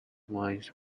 wines